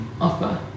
offer